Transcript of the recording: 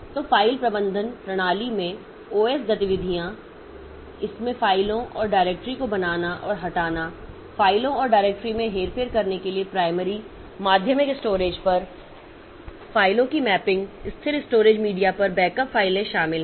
तो फ़ाइल प्रबंधन प्रणाली में ओएस गतिविधियों इसमें फ़ाइलों और डायरेक्टरी को बनाना और हटाना फ़ाइलों और डायरेक्टरी में हेरफेर करने के लिए प्राइमरी माध्यमिक स्टोरेज पर फ़ाइलों की मैपिंग स्थिर स्टोरेज मीडिया पर बैकअप फाइलें शामिल हैं